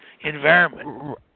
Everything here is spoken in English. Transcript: environment